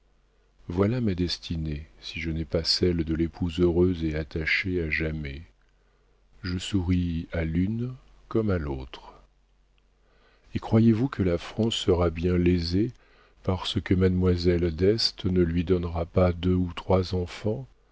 voilà ma destinée si je n'ai pas celle de l'épouse heureuse et attachée à jamais je souris à l'une comme à l'autre et croyez-vous que la france sera bien lésée parce que mademoiselle d'este ne lui donnera pas deux ou trois enfants